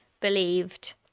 believed